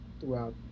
throughout